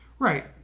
Right